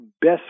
Best